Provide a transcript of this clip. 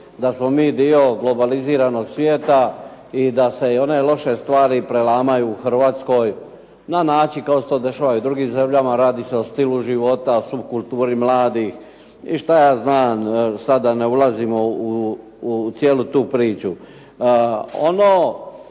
da smo mi dio globaliziranog svijeta i da se i one loše stvari prelamaju u Hrvatskoj na način kako se to dešava i u drugim zemljama, radi se o stilu života, subkulturi mladih i sad da ne ulazimo u cijelu tu priču.